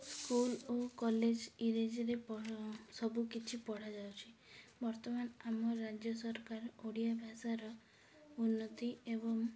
school ଓ college ଇଂରାଜୀରେ ପ ସବୁକିଛି ପଢ଼ା ଯାଉଛି ବର୍ତ୍ତମାନ ଆମ ରାଜ୍ୟ ସରକାର ଓଡ଼ିଆ ଭାଷାର ଉନ୍ନତି ଏବଂ